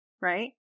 right